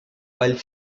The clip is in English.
while